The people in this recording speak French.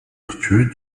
vertueux